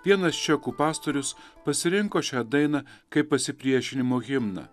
vienas čekų pastorius pasirinko šią dainą kaip pasipriešinimo himną